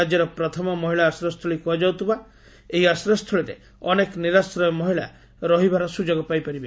ରାଜ୍ୟର ପ୍ରଥମ ମହିଳା ଆଶ୍ରୟସ୍ଥଳୀ କୁହାଯାଉଥିବା ଏହି ଆଶ୍ରୟସ୍ତ୍ରଳୀରେ ଅନେକ ନିରାଶ୍ରୟ ମହିଳା ରହିବାର ସ୍ତ୍ରଯୋଗ ପାଇପାରିବେ